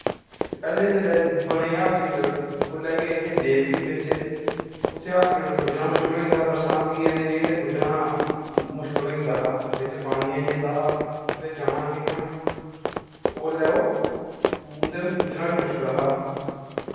पैह्लें जिसलै बने हस्पिटल उसलै के देवक ही बिच्च उत्थें हस्पिटल पुज्जना मुश्कल होई जंदा हा बरसांती दे दिनें ते पुज्जना मुश्कल होई जंदा हा बिच्च पानी आई जंदा हा उत्थे जाना कियां ते उसलै ओह् उंदे आस्सै पुज्जना बी मुश्कल हा